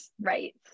right